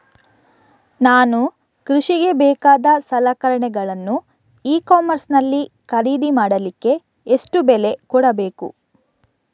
ನಾನು ಕೃಷಿಗೆ ಬೇಕಾದ ಸಲಕರಣೆಗಳನ್ನು ಇ ಕಾಮರ್ಸ್ ನಲ್ಲಿ ಖರೀದಿ ಮಾಡಲಿಕ್ಕೆ ಎಷ್ಟು ಬೆಲೆ ಕೊಡಬೇಕು?